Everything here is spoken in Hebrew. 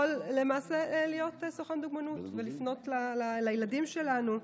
יכול למעשה להיות סוכן דוגמנות ולפנות לילדים שלנו,